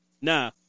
Nah